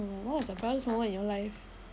what was the proudest moment in your life